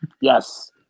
Yes